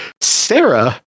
Sarah